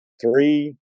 Three